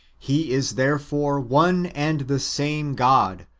he is therefore one and the same god,